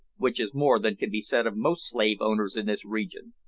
which is more than can be said of most slave-owners in this region.